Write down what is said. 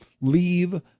Leave